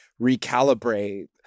recalibrate